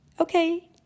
Okay